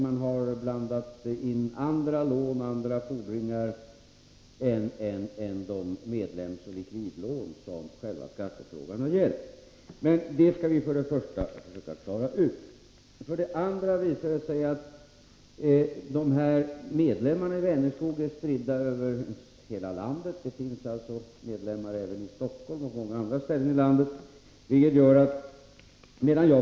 Man har blandat in andra lån och andra fordringar än de medlemsoch likviditetslån som själva skattefrågan har gällt. Men det skall vi försöka klara ut. För det andra har det visat sig att de här medlemmarna i Vänerskog är spridda över hela landet. Det finns medlemmar även i Stockholm och på många andra ställen.